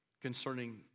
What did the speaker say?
concerning